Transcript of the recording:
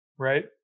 Right